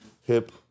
hip